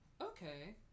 Okay